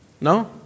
No